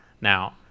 Now